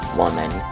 woman